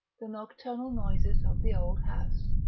the nocturnal noises of the old house.